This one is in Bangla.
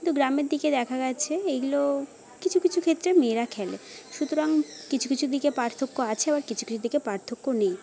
কিন্তু গ্রামের দিকে দেখা গিয়েছে এইগুলো কিছু কিছু ক্ষেত্রে মেয়েরা খেলে সুতরাং কিছু কিছু দিকে পার্থক্য আছে আবার কিছু কিছু দিকে পার্থক্য নেই